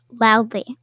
loudly